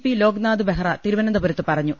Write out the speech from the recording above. P Loknath Behera തിരു വനന്തപുരത്ത് പറഞ്ഞു